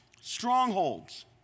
strongholds